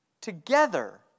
together